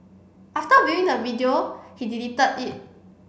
after viewing the video he deleted it